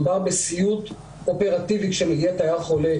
מדובר בסיוט אופרטיבי כאשר מגיע תייר חולה